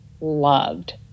loved